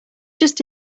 just